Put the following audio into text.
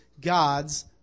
God's